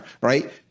right